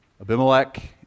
Abimelech